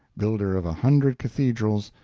builder of a hundred cathedrals,